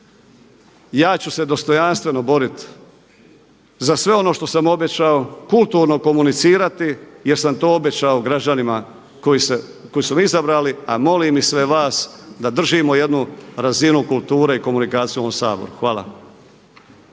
ja ću se dostojanstveno boriti za sve ono što sam obećao, kulturno komunicirati jer sam to obećao građanima koji su me izabrali a molim i sve vas da držimo jednu razinu kulture i komunikaciju u ovom Saboru. Hvala.